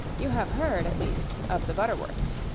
you have heard, at least, of the butterworths.